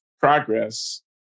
progress